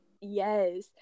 yes